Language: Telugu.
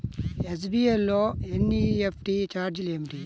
ఎస్.బీ.ఐ లో ఎన్.ఈ.ఎఫ్.టీ ఛార్జీలు ఏమిటి?